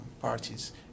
parties